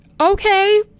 okay